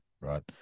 right